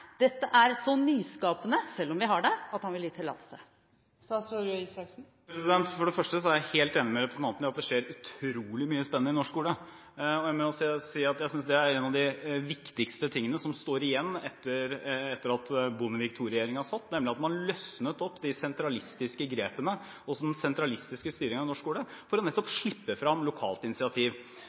dette er så nyskapende, selv om vi har det, at han vil gi tillatelse? For det første er jeg helt enig med representanten i at det skjer utrolig mye spennende i norsk skole, og jeg må også si at jeg synes det er en av de viktigste tingene som står igjen etter Bondevik II-regjeringen, nemlig at man løsnet opp de sentralistiske grepene og den sentralistiske styringen av norsk skole for nettopp å slippe frem lokalt initiativ.